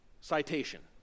citation